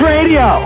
Radio